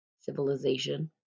civilization